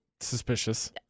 suspicious